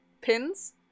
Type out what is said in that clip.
pins